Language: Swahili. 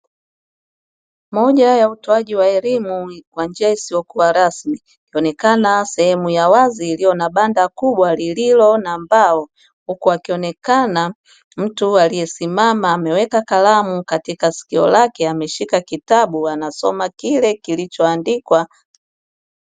Moja ya utoaji wa elimu isiyo rasmi ikionekana sehemu ya wazi iliyo na Banda kubwa lililo na mbao, huku akionekana mtu aliyesimama ameweka kalamu katika sikio lake ameshika kitabu anasoma kile kilichoandikwa.